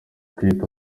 kwita